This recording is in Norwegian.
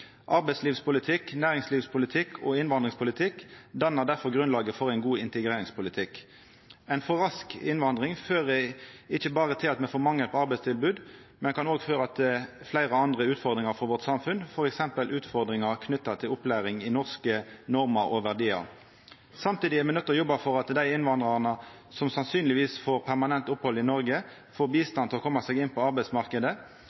Arbeidslivspolitikk, næringslivspolitikk og innvandringspolitikk dannar difor grunnlaget for ein god integreringspolitikk. Ei for rask innvandring fører ikkje berre til at me får mangel på arbeidstilbod, men kan òg føra til fleire andre utfordringar for vårt samfunn, t.d. utfordringar knytte til opplæring i norske normer og verdiar. Samtidig er me nøydde til å jobba for at dei innvandrarane som sannsynlegvis får permanent opphald i Noreg, får